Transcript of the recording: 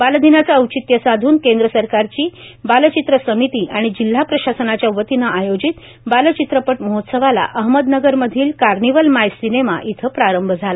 बालदिनाचे औचित्य साधून केंद्र सरकारची बालचित्र समिती आणि जिल्हा प्रशासनाच्या वतीनं आयोजित बालचित्रपट महोत्सवाला अहमदनगर मधील कार्निवल माय सिनेमा इथं प्रारंभ झाला